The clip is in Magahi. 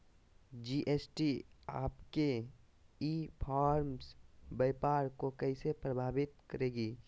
जी.एस.टी आपके ई कॉमर्स व्यापार को कैसे प्रभावित करेगी?